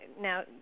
now